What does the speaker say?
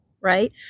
right